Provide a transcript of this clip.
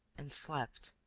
and slept,